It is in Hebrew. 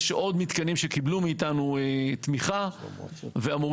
יש עוד מתקנים שקיבלו מאתנו תמיכה ואמורים,